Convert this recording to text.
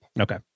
Okay